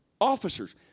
officers